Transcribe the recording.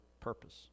purpose